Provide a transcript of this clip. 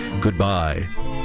goodbye